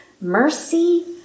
Mercy